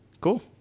Cool